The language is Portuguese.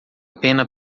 pena